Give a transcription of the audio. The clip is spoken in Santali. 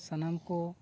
ᱥᱟᱱᱟᱢ ᱠᱚ